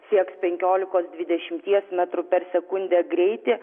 sieks penkiolikos dviedešimties metrų per sekundę greitį